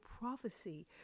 prophecy